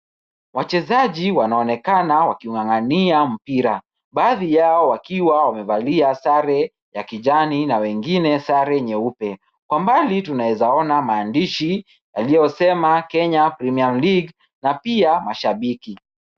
Wachezaji wanaonekana waking'ang'ania mpira. Baadhi yao wakiwa wamevalia sare ya kijani na wengine sare nyeupe. Kwa mbali tunaezaona maandishi yaliyosema Kenya Premier League na pia mashabiki.